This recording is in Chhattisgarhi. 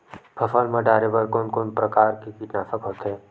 फसल मा डारेबर कोन कौन प्रकार के कीटनाशक होथे?